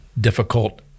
difficult